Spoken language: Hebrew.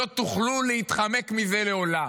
לא תוכלו להתחמק מזה לעולם.